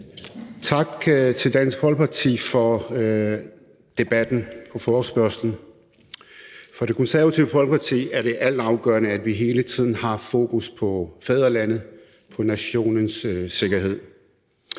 Tak til Dansk Folkeparti for forespørgselsdebatten. For Det Konservative Folkeparti er det altafgørende, at vi hele tiden har fokus på fædrelandet og på nationens sikkerhed.